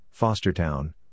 Fostertown